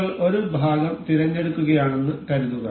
നിങ്ങൾ ഒരു ഭാഗം തിരഞ്ഞെടുക്കുകയാണെന്ന് കരുതുക